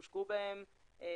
שהושקעו בהם כ-8 מיליון שקל.